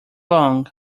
long